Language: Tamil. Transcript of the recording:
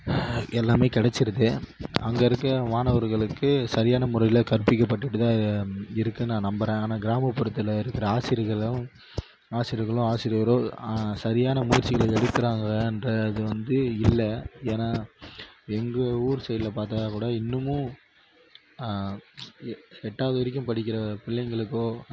எல்லாமே கிடைச்சிருக்கு அங்கே இருக்க மாணவர்களுக்கு சரியான முறையில் கற்பிக்கப்பட்டுட்டுதான் இருக்குது நான் நம்பறேன் ஆனால் கிராமப்புறத்தில் இருக்கிற ஆசிரியர்களும் ஆசிரியர்களும் ஆசிரியரோ சரியான முயற்சிகள் எடுக்கிறாங்க என்ற இது வந்து இல்லை ஏனால் எங்கள் ஊர் சைடில் பார்த்தா கூட இன்னமும் எ எட்டாவது வரைக்கும் படிக்கிற பிள்ளைங்களுக்கோ